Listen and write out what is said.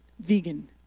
vegan